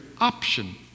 option